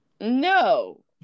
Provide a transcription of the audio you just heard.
No